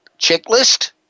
checklist